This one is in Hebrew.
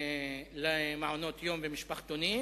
למעונות-יום ומשפחתונים